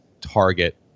target